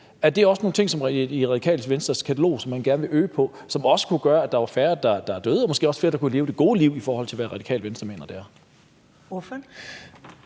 Er det også i Radikale Venstres katalog over ting, som man gerne vil øge afgiften på, og hvilket også kunne gøre, at der var færre, der døde, og måske også flere, der kunne leve det gode liv, i forhold til hvad Radikale Venstre mener det er?